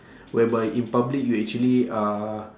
whereby in public you actually uh